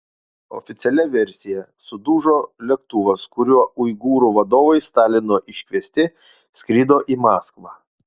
oficialia versija sudužo lėktuvas kuriuo uigūrų vadovai stalino iškviesti skrido į maskvą